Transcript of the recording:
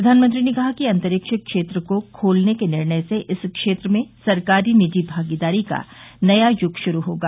प्रधानमंत्री ने कहाकि अंतरिक्ष क्षेत्र को खोलने के निर्णय से इस क्षेत्र में सरकारी निजी भागीदारी का नया यूग शुरू होगा